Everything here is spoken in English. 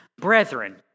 Brethren